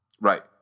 Right